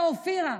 אתה אופירה,